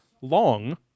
long